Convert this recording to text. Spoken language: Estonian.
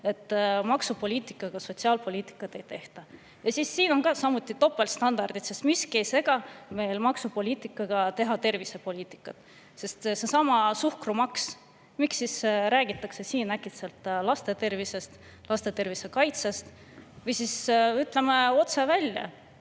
et maksupoliitikaga sotsiaalpoliitikat ei tehta. Siin on samuti topeltstandardid, sest miski ei sega meil maksupoliitikaga teha tervisepoliitikat. Seesama suhkrumaks: miks räägitakse siin äkitselt laste tervisest, laste tervise kaitsest? Ütleme otse välja,